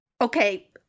okay